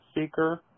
seeker